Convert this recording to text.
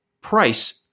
price